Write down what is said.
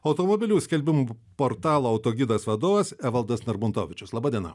automobilių skelbimų portalo autogidas vadovas evaldas narbuntovičius laba diena